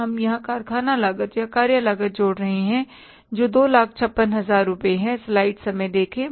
हम यहां कारखाना लागत या कार्य लागत जोड़ रहे हैं जो 256000 रुपये है